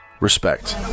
Respect